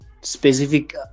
specific